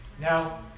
Now